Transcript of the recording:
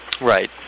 Right